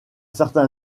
certain